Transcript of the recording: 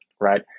right